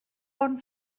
bon